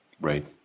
Right